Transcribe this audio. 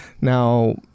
Now